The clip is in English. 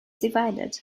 divided